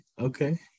Okay